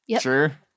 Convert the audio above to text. Sure